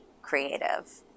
creative